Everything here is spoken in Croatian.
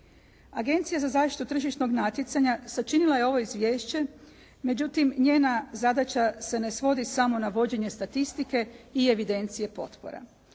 Agencija za zaštitu tržišnog natjecanja sačinila je ovo izvješće. Međutim, njena zadaća se ne svodi samo na vođenje statistike i evidencije potpora.